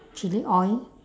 chilli oil